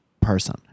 person